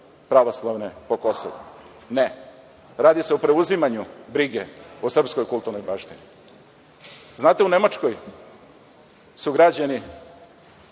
pravoslavne po Kosovu? Ne. Radi se o preuzimanju brige o srpskoj kulturnoj baštini. Znate, u Nemačkoj je građena